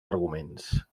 arguments